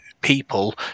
people